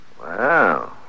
Wow